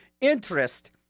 interest